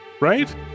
right